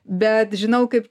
bet žinau kaip